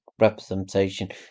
representation